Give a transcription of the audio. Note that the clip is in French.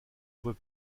voie